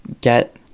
get